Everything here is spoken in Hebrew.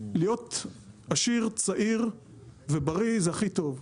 להיות עשיר צעיר ובריא זה הכי טוב,